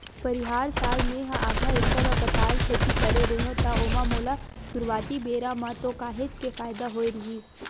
परिहार साल मेहा आधा एकड़ म पताल खेती करे रेहेव त ओमा मोला सुरुवाती बेरा म तो काहेच के फायदा होय रहिस